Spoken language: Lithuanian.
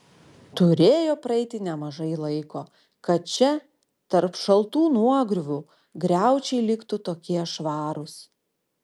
turėjo praeiti nemažai laiko kad čia tarp šaltų nuogriuvų griaučiai liktų tokie švarūs